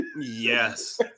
Yes